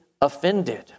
offended